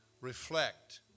reflect